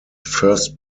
first